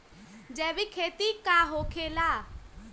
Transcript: जैविक खेती का होखे ला?